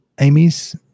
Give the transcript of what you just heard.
Amy's